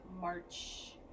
march